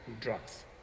drugs